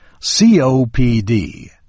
COPD